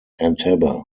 entebbe